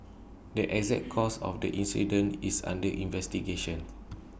the exact cause of the incident is under investigation